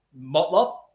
Motlop